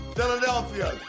Philadelphia